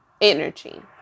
energy